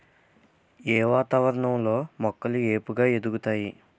ఏ వాతావరణం లో మొక్కలు ఏపుగ ఎదుగుతాయి?